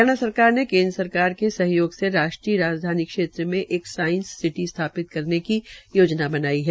हरियाणा सरकार ने केन्द्र सरकार के सहयोग से राष्ट्रीय राजधानी क्षेत्र में साईस सिटी स्थापित करने की योजना बनाई है